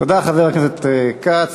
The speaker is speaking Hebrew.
תודה, חבר הכנסת כץ.